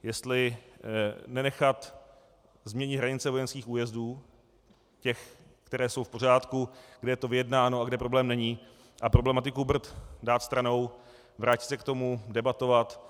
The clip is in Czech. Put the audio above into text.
Jestli nenechat změny hranice vojenských újezdů, těch, které jsou v pořádku, kde je to vyjednáno a kde problém není, a problematiku Brd dát stranou, vrátit se k tomu, debatovat.